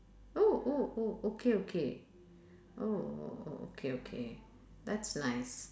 oh oh oh okay okay oh oh okay okay that's nice